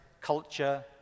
culture